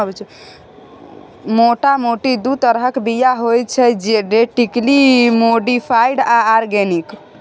मोटा मोटी दु तरहक बीया होइ छै जेनेटिकली मोडीफाइड आ आर्गेनिक